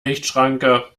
lichtschranke